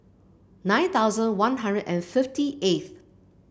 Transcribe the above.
nine thousand One Hundred and fifty eighth